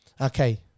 okay